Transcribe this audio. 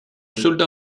soldat